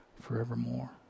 forevermore